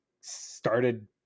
started